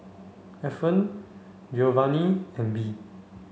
Ethen Giovanny and Bee